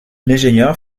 l’ingénieur